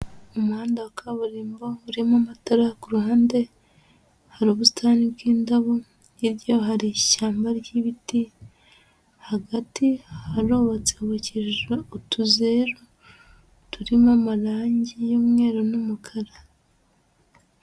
Umuhanda wa kaburimbo urimo amatara ku ruhande hari ubusitani bw'indabo, hirya yaho hari ishyamba ry'ibiti, hagati harubatse hubakishije utuzeru turimo amarange y'umweru n'umukara.